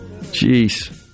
Jeez